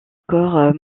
corps